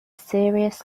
serious